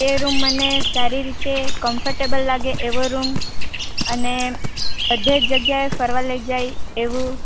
તે રૂમ મને સારી રીતે કમફરટેબલ લાગે એવો રૂમ અને બધે જ જગ્યાએ ફરવા લઈ જાય એવું